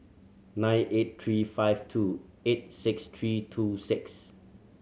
nine eight three five two eight six three two six